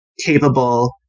capable